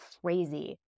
crazy